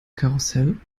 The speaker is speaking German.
karussell